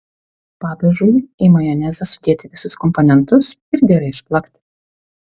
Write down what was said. padažui į majonezą sudėti visus komponentus ir gerai išplakti